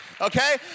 Okay